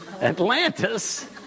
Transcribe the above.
Atlantis